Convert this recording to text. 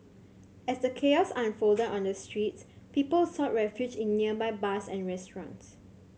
as the chaos unfolded on the streets people sought refuge in nearby bars and restaurants